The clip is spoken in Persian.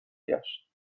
گشت